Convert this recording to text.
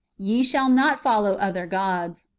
ye shall not follow other gods.